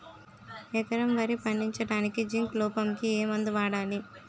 ఎకరం వరి పండించటానికి జింక్ లోపంకి ఏ మందు వాడాలి?